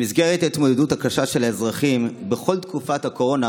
במסגרת ההתמודדות הקשה של האזרחים בכל תקופת הקורונה